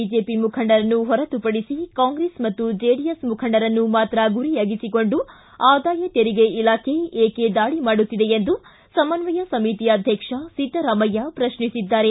BJP ಮುಖಂಡರನ್ನು ಹೊರತುಪಡಿಸ Congress ಮತ್ತು ಜೆಡಿಎಸ್ ಮುಖಂಡರನ್ನು ಮಾತ್ರ ಗುರಿಯಾಗಿಸಿಕೊಂಡು ಆದಾಯ ತೆರಿಗೆ ಇಲಾಖೆ ಏಕೆ ದಾಳಿ ಮಾಡುತ್ತಿದೆ ಎಂದು ಸಮನ್ವಯ ಸಮಿತಿ ಅಧ್ಯಕ್ಷ ಸಿದ್ದರಾಮಯ್ಯ ಪ್ರಶ್ನಿಸಿದ್ದಾರೆ